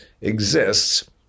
exists